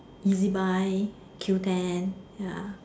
E_Z buy buy Q ten ya